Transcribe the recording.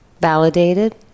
validated